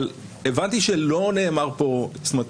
הבנתי שנאמר כאן